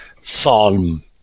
Psalm